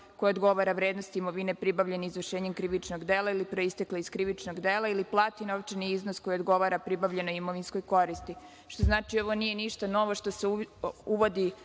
koja odgovara vrednosti imovine pribavljene izvršenjem krivičnog dela, ili proistekle iz krivičnog dela, ili plati novčani iznos koji odgovara pribavljenoj imovinskoj koristi. To znači – ovo nije ništa novo što se uvodi